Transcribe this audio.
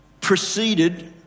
proceeded